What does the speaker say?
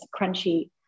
crunchy